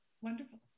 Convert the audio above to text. wonderful